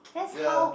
ya